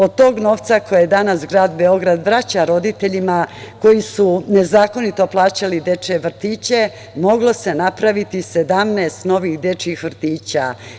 Od tog novca koji danas grad Beograd vraća roditeljima koji su nezakonito plaćali dečije vrtiće, moglo se napraviti 17 novih dečijih vrtića.